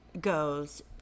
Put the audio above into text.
goes